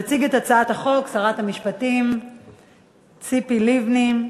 תציג את הצעת החוק שרת המשפטים ציפי לבני.